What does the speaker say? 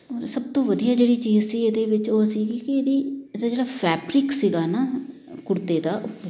ਔਰ ਸਭ ਤੋਂ ਵਧੀਆ ਜਿਹੜੀ ਚੀਜ਼ ਸੀ ਇਹਦੇ ਵਿੱਚ ਉਹ ਸੀਗੀ ਕਿ ਇਹਦੀ ਇਹਦਾ ਜਿਹੜਾ ਫੈਬਰਿਕ ਸੀਗਾ ਨਾ ਕੁੜਤੇ ਦਾ ਉਹ